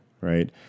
Right